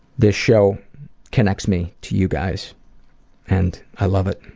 this show connects me to you guys and i love it.